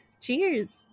Cheers